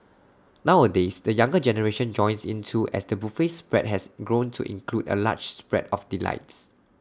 nowadays the younger generation joins in too as the buffet spread has grown to include A large spread of delights